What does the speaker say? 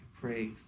pray